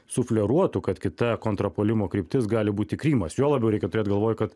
sufleruotų kad kita kontrpuolimo kryptis gali būti krymas juo labiau reikia turėt galvoj kad